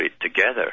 together